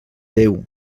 déu